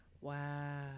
Wow